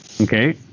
Okay